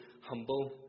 humble